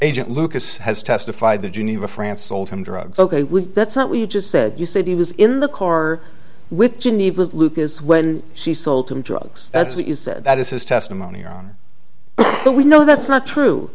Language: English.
agent lucas has testified the geneva france sold him drugs ok would that's not what you just said you said he was in the car with geneva lucas when she sold him drugs that's what you said that is his testimony on what we know that's not true